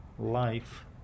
Life